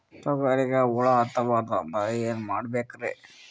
ತೊಗರಿಗ ಹುಳ ಹತ್ತಬಾರದು ಅಂದ್ರ ಏನ್ ಮಾಡಬೇಕ್ರಿ?